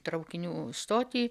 traukinių stotį